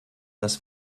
das